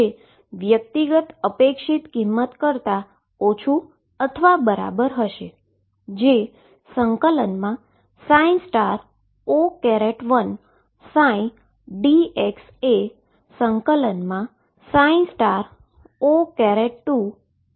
જે વ્યક્તિગત expectation value કરતા ઓછું અથવા બરાબર હશે